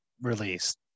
released